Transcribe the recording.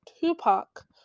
Tupac